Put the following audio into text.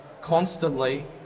constantly